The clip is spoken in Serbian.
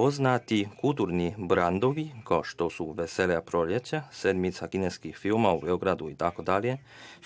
Poznati kulturni brendovi kao što su Vesela proleća, Sedmica kineskih filmova u Beogradu itd.